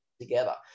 together